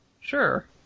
Sure